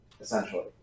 essentially